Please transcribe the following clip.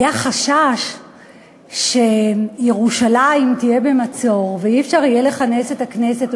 היה חשש שירושלים תהיה במצור ולא יהיה אפשר לכנס את הכנסת,